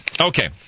Okay